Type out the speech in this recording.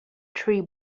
tree